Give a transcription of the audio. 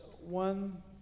one